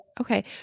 Okay